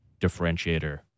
differentiator